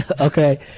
okay